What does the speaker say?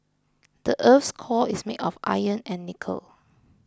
the earth's core is made of iron and nickel